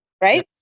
right